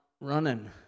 running